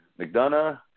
McDonough